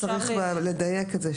צריך לדייק את זה,